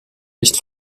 nicht